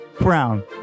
brown